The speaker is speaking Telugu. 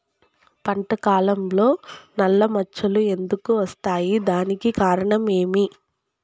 పంట కాలంలో నల్ల మచ్చలు ఎందుకు వస్తాయి? దానికి కారణం ఏమి?